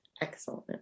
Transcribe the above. Excellent